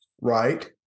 Right